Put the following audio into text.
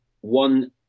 one